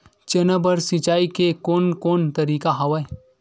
चना बर सिंचाई के कोन कोन तरीका हवय?